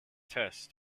tests